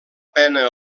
pena